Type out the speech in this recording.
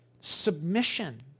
submission